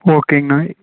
ஓகேங்ண்ணா